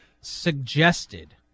suggested